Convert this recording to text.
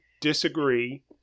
disagree